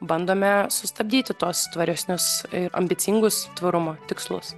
bandome sustabdyti tuos tvaresnius ir ambicingus tvarumo tikslus